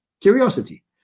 Curiosity